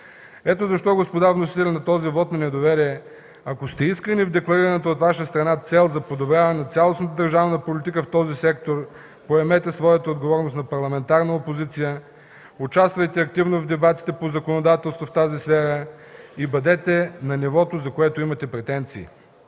Ето защо, господа вносители на този вот на недоверие, ако сте искрени в декларираната от Ваша страна цел за подобряване на цялостната държавна политика в този сектор, поемете своята отговорност на парламентарна опозиция, участвайте активно в дебатите по законодателство в тази сфера и бъдете на нивото, за което имате претенции.